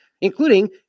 including